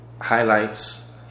highlights